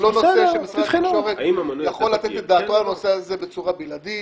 הוא לא נושא שמשרד התקשורת יכול לתת את דעתו עליו בצורה בלעדית.